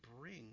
bring